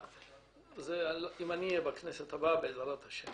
אם אני אהיה בכנסת הבאה, בעזרת השם